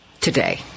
today